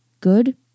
good